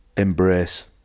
Embrace